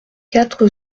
quatre